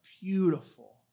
beautiful